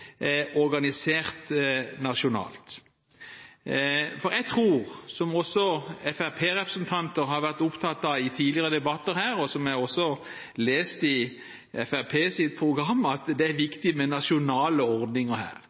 organisert. Jeg tror det er viktig med nasjonale ordninger, som også fremskrittspartirepresentanter har vært opptatt av i tidligere debatter her, og som jeg også har lest i Fremskrittspartiets program.